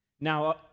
Now